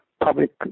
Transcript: public